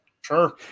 sure